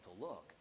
look